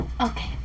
Okay